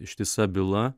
ištisa byla